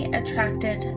attracted